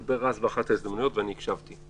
שאמר רז באחת ההזדמנויות ואני הקשבתי.